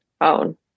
own